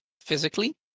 physically